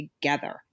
together